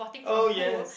oh yes